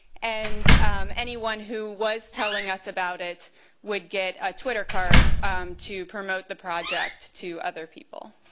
and anyone who was telling us about it would get a twitter card to promote the project to other people.